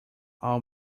all